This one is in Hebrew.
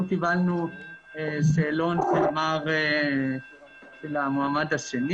לא קיבלנו שאלון של המועמד השני,